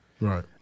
Right